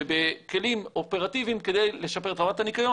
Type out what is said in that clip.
ובכלים אופרטיביים כדי לשפר את רמת הניקיון,